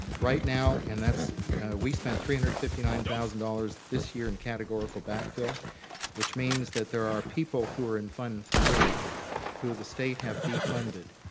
right now and that's we spent three hundred and fifty nine thousand dollars this year in categorical back fill which means that there are people who are in fund three who the state have defunded.